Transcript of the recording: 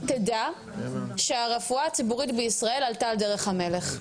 תדע שהרפואה הציבורית בישראל עלתה על דרך המלך.